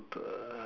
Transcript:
okay lah